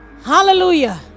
hallelujah